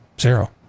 Zero